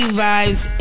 vibes